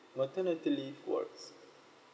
maternity leave works